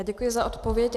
Děkuji za odpověď.